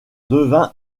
devint